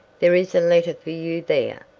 there is a letter for you there,